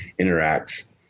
interacts